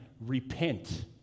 repent